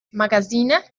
magazine